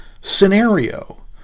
scenario